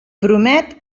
promet